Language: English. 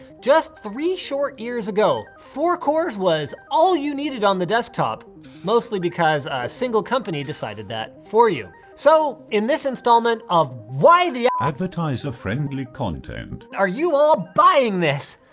just three short years ago, four cores was all you needed on the desktop, mostly because a single company decided that for you. so in this installment of why the advertiser friendly content. are you all buying this?